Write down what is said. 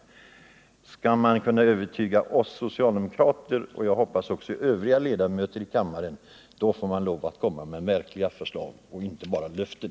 Om man skall kunna övertyga oss socialdemokrater och, som jag hoppas, även övriga ledamöter i riksdagen får man komma med verkliga förslag och inte bara löften.